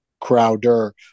crowder